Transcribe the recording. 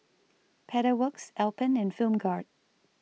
Pedal Works Alpen and Film Grade